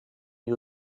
you